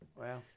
Wow